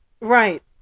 Right